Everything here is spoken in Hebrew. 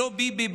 לא ביבי,